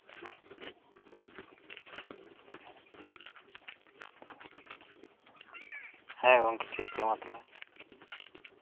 ᱦᱮᱸ ᱜᱚᱝᱠᱮ ᱴᱷᱤᱠᱜᱮᱭᱟ ᱢᱟ ᱛᱟᱦᱚᱞᱮ